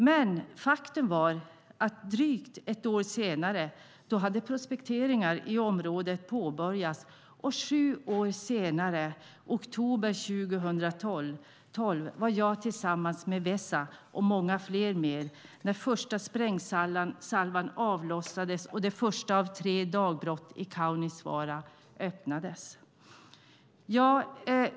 Men faktum var att drygt ett år senare hade prospekteringar i området påbörjats, och sju år senare, i oktober 2012, var jag tillsammans med Vesa och många fler med när första sprängsalvan avlossades och det första av tre dagbrott i Kaunisvaara öppnades.